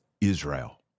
Israel